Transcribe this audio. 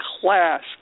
class